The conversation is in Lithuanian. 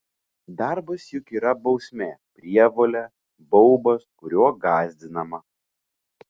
darbas juk yra bausmė prievolė baubas kuriuo gąsdinama